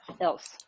else